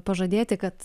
pažadėti kad